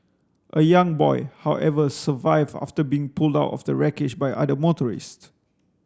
a young boy however survived after being pulled out of the wreckage by other motorists